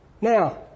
Now